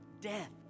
Death